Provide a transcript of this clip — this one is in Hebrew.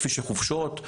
כפי שחופשות,